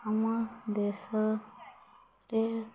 ଆମ ଦେଶରେ